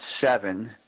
seven